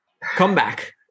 comeback